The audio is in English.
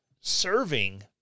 serving